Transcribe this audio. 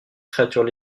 créatures